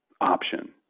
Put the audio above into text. option